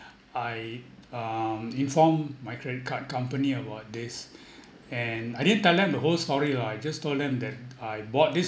I um inform my credit card company about this and I didn't tell them the whole story lah I just told them that I bought this